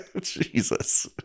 jesus